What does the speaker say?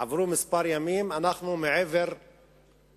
עברו כמה ימים, אנו יותר מ-100,